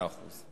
מאה אחוז.